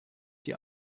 die